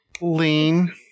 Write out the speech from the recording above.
Lean